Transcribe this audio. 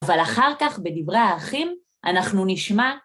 אבל אחר כך, בדברי האחים, אנחנו נשמע...